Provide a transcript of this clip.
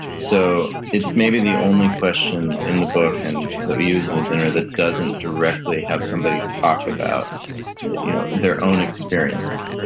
so, it's maybe the only question in the book and that we use in a dinner that doesn't directly have somebody talk about their own experience.